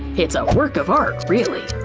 it's a work of art, really.